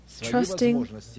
trusting